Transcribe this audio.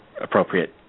appropriate